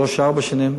שלוש שנים,